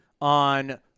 on